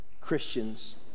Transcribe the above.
Christians